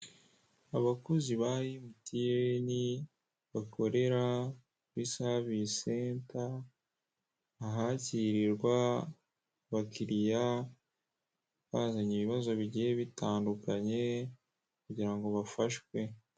Abakozi ba emutiyeni, bakorera kuri savisi senta, ahakirirwa abakiriya, bazanye ibibazo bigiye bitandukanye, kugira ngo bafashwe.